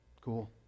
Cool